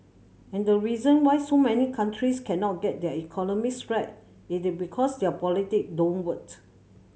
and the reason why so many countries cannot get their economies right it is because their politic don't work